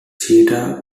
cheetah